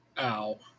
Ow